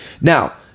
Now